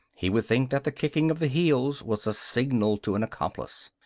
he would think that the kicking of the heels was a signal to an accomplice.